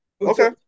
Okay